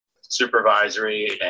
supervisory